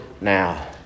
now